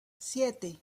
siete